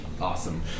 Awesome